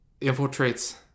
infiltrates